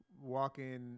walking